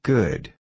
Good